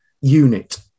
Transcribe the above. unit